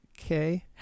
Okay